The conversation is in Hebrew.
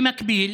במקביל